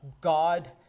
God